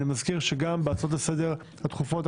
אני מזכיר שגם בהצעות הדחופות לסדר האחרות